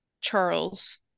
Charles